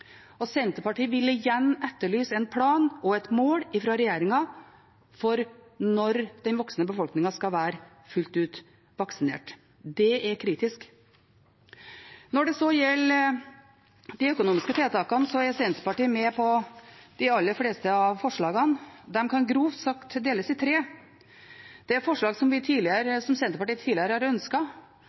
Senterpartiet vil igjen etterlyse en plan og et mål fra regjeringen for når den voksne befolkningen skal være fullt ut vaksinert. Det er kritisk. Når det så gjelder de økonomiske tiltakene, er Senterpartiet med på de aller fleste av forslagene. De kan grovt sagt deles i tre: Det er forslag som Senterpartiet tidligere har ønsket både å utvide og å videreføre, og som